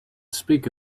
speak